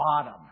bottom